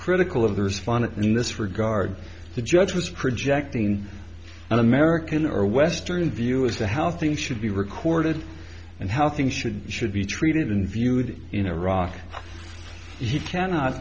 critical of the respondent in this regard the judge was projecting an american or western view as to how things should be recorded and how things should should be treated and viewed in iraq you cannot